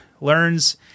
learns